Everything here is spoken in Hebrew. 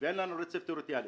ואין לנו רצף טריטוריאלי.